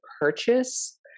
purchase